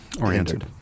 oriented